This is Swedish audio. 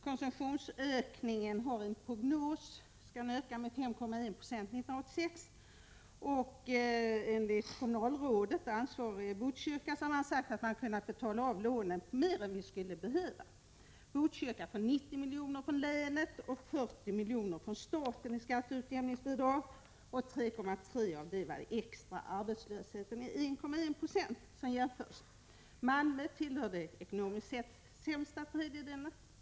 Konsumtionsutvecklingen skall enligt prognos öka med 5,1 96 år 1986. Det ansvariga kommunalrådet i Botkyrka har sagt att man kunnat betala av på lånen mer än man skulle behöva. Botkyrka får 90 milj.kr. från länet och 40 milj.kr. från staten i skatteutjämningsbidrag, och 3,3 milj.kr. av det var extra bidrag. Arbetslösheten är 1,1 90. Malmö tillhör den ekonomiskt sett sämsta tredjedelen.